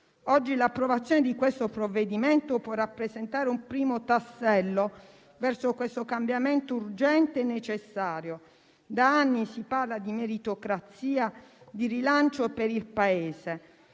Oggi l'approvazione del provvedimento all'esame può rappresentare un primo tassello verso questo cambiamento urgente e necessario. Da anni si parla di meritocrazia e di rilancio per il Paese,